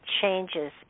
changes